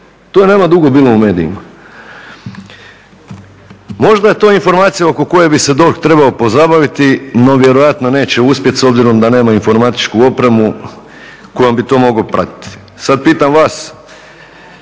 je nema dugo bilo u medijima. Možda je to informacija oko koje bi se DORH trebao pozabaviti, no vjerojatno neće uspjet s obzirom da nema informatičku opremu kojom bi to mogao pratiti. Sad pitam vas